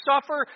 suffer